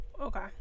Okay